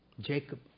Jacob